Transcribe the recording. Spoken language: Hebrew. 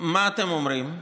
מה אתם אומרים?